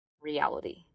reality